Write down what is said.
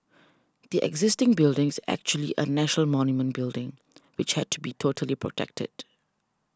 the existing building is actually a national monument building which had to be totally protected